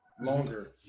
longer